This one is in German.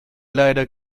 leider